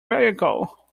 vehicle